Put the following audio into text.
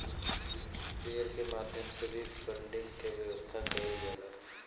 share के माध्यम से भी फंडिंग के व्यवस्था कईल जाला